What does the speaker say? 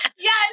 Yes